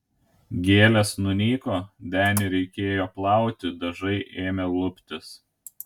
gėlės nunyko denį reikėjo plauti dažai ėmė luptis